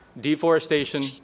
deforestation